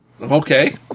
Okay